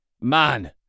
Man